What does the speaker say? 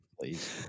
Please